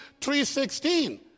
3.16